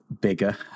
bigger